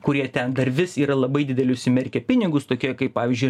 kurie ten dar vis yra labai didelius įmirkę pinigus tokie kaip pavyzdžiui